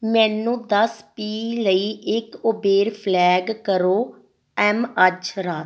ਮੈਨੂੰ ਦਸ ਪੀ ਲਈ ਇੱਕ ਉਬੇਰ ਫਲੈਗ ਕਰੋ ਐੱਮ ਅੱਜ ਰਾਤ